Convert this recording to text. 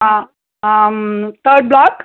ah third block